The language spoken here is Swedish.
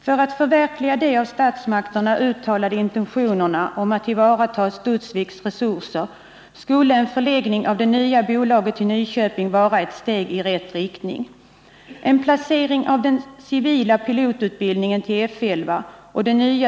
För att förverkliga de av statsmakterna uttalade intentionerna att tillvarataga Studsviks resurser skulle en förläggning av det nya bolaget till Nyköping vara ett steg i rätt riktning.